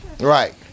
Right